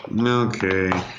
Okay